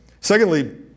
Secondly